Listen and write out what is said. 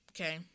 Okay